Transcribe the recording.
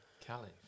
Kelly